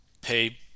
pay